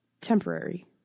temporary